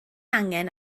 angen